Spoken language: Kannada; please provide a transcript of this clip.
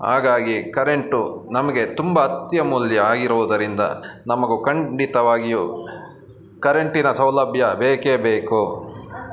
ಹಾಗಾಗಿ ಕರೆಂಟು ನಮಗೆ ತುಂಬ ಅತ್ಯಮೂಲ್ಯ ಆಗಿರೋದರಿಂದ ನಮಗೂ ಖಂಡಿತವಾಗಿಯೂ ಕರೆಂಟಿನ ಸೌಲಭ್ಯ ಬೇಕೇ ಬೇಕು